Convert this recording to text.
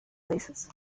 places